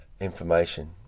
information